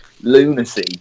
lunacy